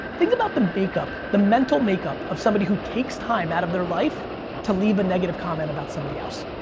think about the makeup, the mental makeup of somebody who takes time out of their life to leave a negative comment about somebody else.